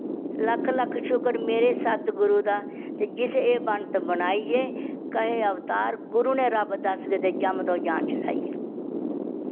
लक्ख लक्ख शुकर मेरे सतगुरु दा ते जिस एह् बंत बनाई ए कहे अवतार गुरु ने रब दसके ते जम तो जान छुड़ाई ऐ